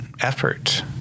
effort